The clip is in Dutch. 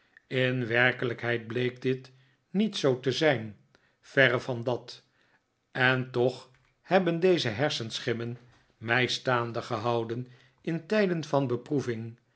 in werkelijkheid bleek dit niet zoo te zijn verre van dat en toch hebben die hersenschimmen mij staande gehouden in tijden van